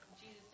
Jesus